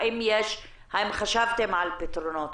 האם חשבתם על פתרונות?